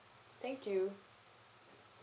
thank you